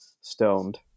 stoned